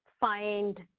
find